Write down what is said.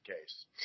case